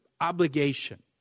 obligation